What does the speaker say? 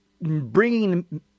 bringing